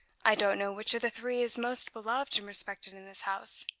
i don't know which of the three is most beloved and respected in this house.